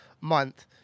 month